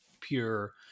pure